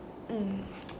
mm